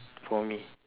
for me